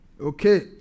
Okay